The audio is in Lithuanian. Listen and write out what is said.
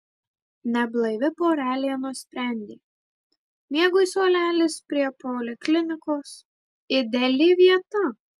neblaivi porelė nusprendė miegui suolelis prie poliklinikos ideali vieta